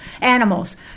Animals